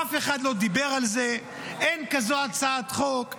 אף אחד לא דיבר על זה, אין כזאת הצעת חוק.